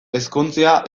ezkontzea